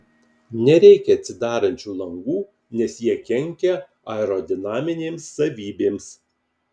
nereikia atsidarančių langų nes jie kenkia aerodinaminėms savybėms